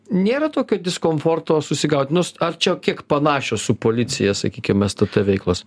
nėra tokio diskomforto susigaut nu ar čia kiek panašios su policija sakykim stt veiklos